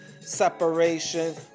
separation